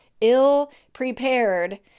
ill-prepared